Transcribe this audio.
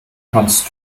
kannst